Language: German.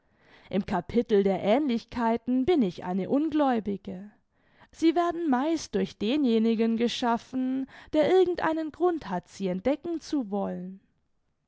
im capitel der aehnlichkeiten bin ich eine ungläubige sie werden meist durch denjenigen geschaffen der irgend einen grund hat sie entdecken zu wollen